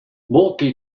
moltke